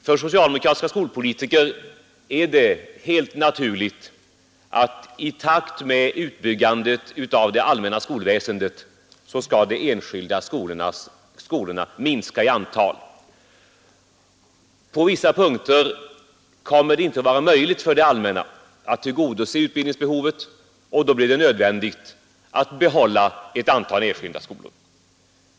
För socialdemokratiska skolpolitiker är det helt naturligt att de enskilda skolorna skall minska i antal i takt med utbyggandet av det allmänna skolväsendet. På vissa punkter kommer det inte att vara möjligt för det allmänna att tillgodose utbildningsbehovet, och då blir det nödvändigt att behålla ett antal enskilda skolor.